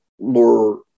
more